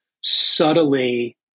subtly